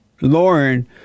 Lauren